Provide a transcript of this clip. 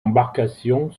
embarcation